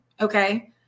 Okay